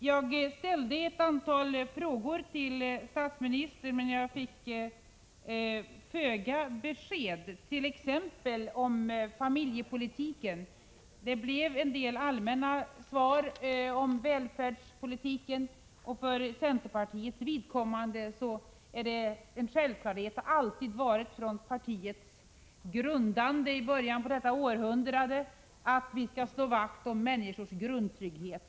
Jag ställde ett antal frågor till statsministern, men jag fick föga besked, t.ex. om familjepolitiken. Det blev en del allmänna svar om välfärdspolitiken. För centerpartiets vidkommande är det en självklarhet och har alltid varit det från partiets grundande i början av detta århundrade att vi skall slå vakt om människors grundtrygghet.